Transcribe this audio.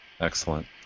Excellent